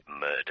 murder